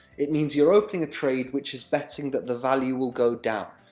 it means you're opening a trade which is betting that the value will go down,